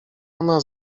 ona